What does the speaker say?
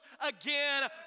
again